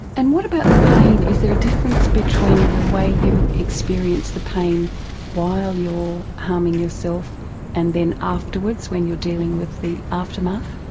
and what about the pain, is there a difference between the way you experience the pain while you're harming yourself and then afterwards when you're dealing with the aftermath.